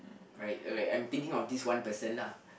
right like I'm thinking of this one person lah